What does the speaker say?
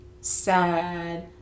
sad